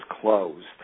closed